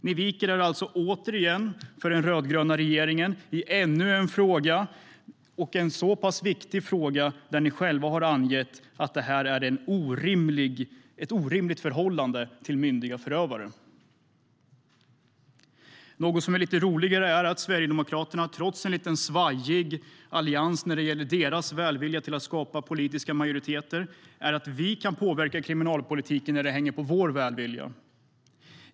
Ni viker er alltså återigen för den rödgröna regeringen i ännu en fråga, och detta i en så pass viktig fråga där ni själva har angett att det handlar om ett orimligt förhållande till myndiga förövare. Något som är lite roligare är att Sverigedemokraterna, trots en lite svajig allians när det gäller deras välvilja till att skapa politiska majoriteter, kan påverka kriminalpolitiken när det hänger på vår välvilja.